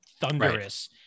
thunderous